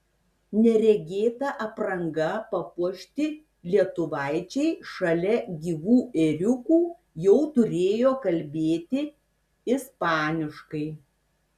neregėta apranga papuošti lietuvaičiai šalia gyvų ėriukų jau turėjo kalbėti ispaniškai